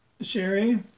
Sherry